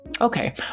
Okay